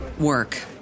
work